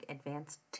Advanced